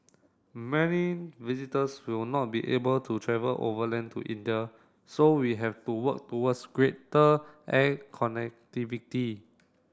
many visitors will not be able to travel overland to India so we have to work towards greater air connectivity